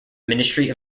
ministry